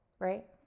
right